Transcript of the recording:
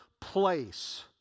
place